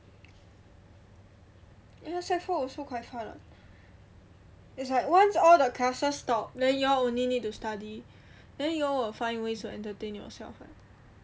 ya sec four also quite fun ah it's like once all the classes stop then you all only need to study then you all will find ways to entertain yourself ah